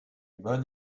bonnes